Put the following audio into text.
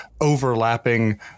overlapping